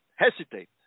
Hesitate